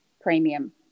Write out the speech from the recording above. premium